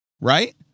right